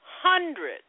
hundreds